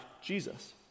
Jesus